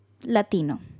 latino